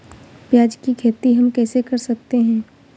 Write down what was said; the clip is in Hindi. प्याज की खेती हम कैसे कर सकते हैं?